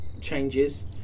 changes